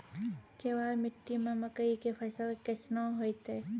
केवाल मिट्टी मे मकई के फ़सल कैसनौ होईतै?